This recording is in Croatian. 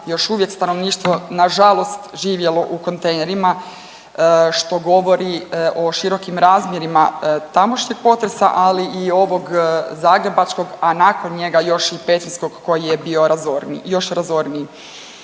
još uvijek stanovništvo na žalost živjelo u kontejnerima što govori o širokim razmjerima tamošnjeg potresa ali i ovog zagrebačkog, a nakon njega još i Petrinjskog koji je bio još razorniji.